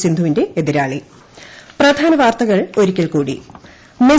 സിന്ധുവിന്റെ എതിരാളി